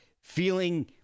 feeling